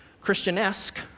Christian-esque